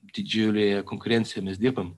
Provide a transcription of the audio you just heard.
didžiulėje konkurencijoj mes dirbam